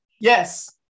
Yes